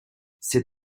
ces